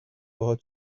باهات